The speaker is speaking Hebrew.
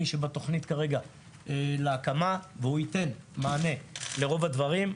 כרגע בתוכנית יש הקמה של המשמר הלאומי והוא ייתן מענה לרוב הדברים.